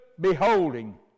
beholding